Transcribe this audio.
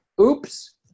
oops